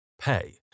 pay